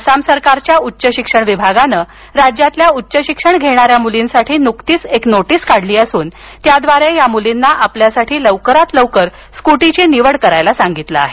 पण आसाम सरकारच्या उच्च शिक्षण विभागानं राज्यातल्या उच्च शिक्षण घेणाऱ्या मुलींसाठी नुकतीच एक नोटीस काढली असून त्याद्वारे या मुलींना आपल्यासाठी लवकरात लवकर स्कूटीची निवड करण्यास सांगितलं आहे